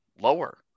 lower